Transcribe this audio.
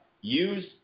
Use